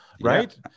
right